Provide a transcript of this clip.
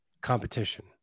competition